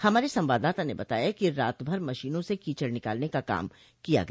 हमारे संवाददाता ने बताया है कि रात भर मशीनों से कीचड निकालने का काम किया गया